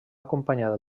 acompanyada